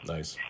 Nice